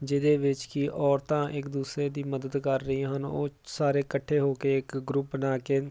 ਜਿਹਦੇ ਵਿੱਚ ਕਿ ਔਰਤਾਂ ਇੱਕ ਦੂਸਰੇ ਦੀ ਮਦਦ ਕਰ ਰਹੀਆਂ ਹਨ ਉਹ ਸਾਰੇ ਇਕੱਠੇ ਹੋ ਕੇ ਇੱਕ ਗਰੁੱਪ ਬਣਾ ਕੇ